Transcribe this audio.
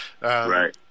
Right